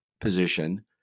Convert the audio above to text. position